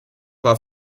war